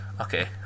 okay